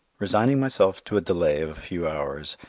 resigning myself to a delay of a few hours,